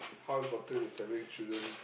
how important is having children